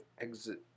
exit